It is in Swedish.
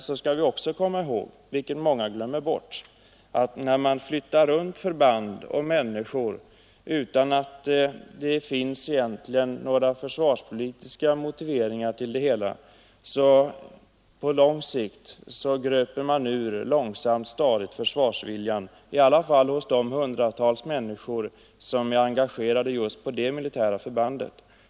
Vi skall också komma ihåg — vilket många glömmer — att när man flyttar runt förband och människor utan att det egentligen finns några försvarspolitiska motiveringar, gröper man på lång sikt ur försvarsviljan, i varje fall hos de hundratals människor som är engagerade på det aktuella militära förbandet.